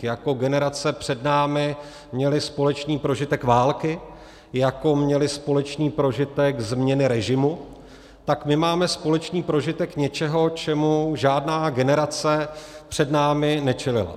Jako generace před námi měly společný prožitek války, jako měly společný prožitek změny režimu, tak my máme společný prožitek něčeho, čemu žádná generace před námi nečelila.